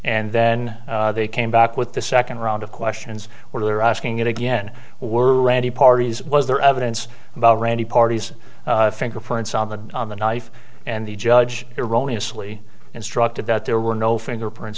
and then they came back with the second round of questions where they were asking it again were ready parties was there evidence about randy parties fingerprints on the on the knife and the judge eroni asli instructed that there were no fingerprints